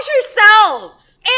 yourselves